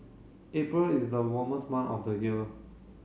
April is the warmest month of the year